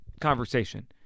conversation